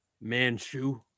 Manchu